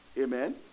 Amen